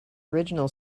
original